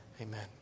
amen